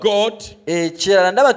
God